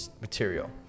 material